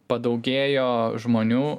padaugėjo žmonių